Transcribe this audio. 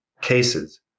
cases